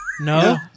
No